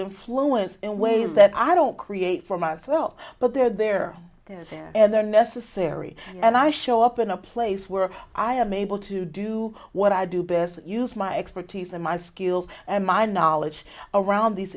influence in ways that i don't create for months well but they're they're there and they're necessary and i show up in a place where i am able to do what i do best use my expertise and my skills and my knowledge around th